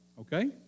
Okay